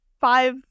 five